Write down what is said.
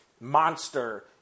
monster